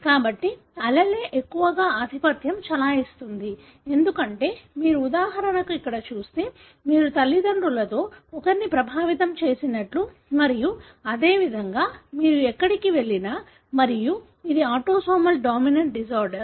కాబట్టి allele ఎక్కువగా ఆధిపత్యం చెలాయిస్తుంది ఎందుకంటే మీరు ఉదాహరణకు ఇక్కడ చూస్తే మీరు తల్లిదండ్రులలో ఒకరిని ప్రభావితం చేసినట్లు మరియు అదేవిధంగా మీరు ఎక్కడికి వెళ్లినా మరియు ఇది ఆటోసోమల్ డామినెంట్ డిజార్డర్